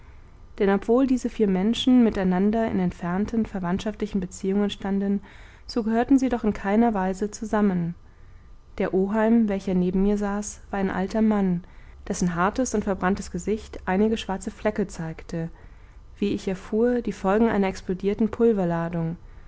denn obwohl diese vier menschen miteinander in entfernten verwandtschaftlichen beziehungen standen so gehörten sie doch in keiner weise zusammen der oheim welcher neben mir saß war ein alter mann dessen hartes und verbranntes gesicht einige schwarze flecke zeigte wie ich erfuhr die folgen einer explodierten